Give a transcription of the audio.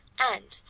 and,